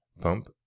Pump